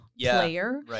player